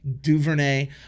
DuVernay